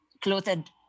clothed